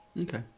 Okay